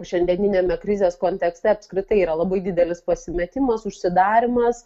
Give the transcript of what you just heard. šiandieniniame krizės kontekste apskritai yra labai didelis pasimetimas užsidarymas